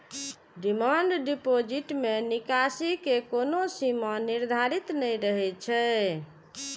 demand deposit मे निकासी के कोनो सीमा निर्धारित नै रहै छै